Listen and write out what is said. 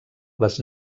les